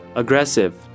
aggressive